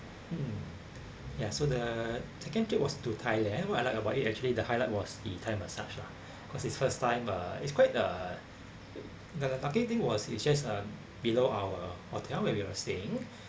mm ya so the second trip was to thailand what I liked about it actually the highlight was the thai massage lah cause it was first time uh it was quite uh that the lucky thing was it was just uh below our hotel where we were staying